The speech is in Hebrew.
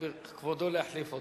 כבודו להחליף אותי.